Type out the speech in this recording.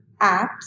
apps